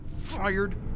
Fired